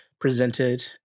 presented